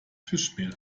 fischmehl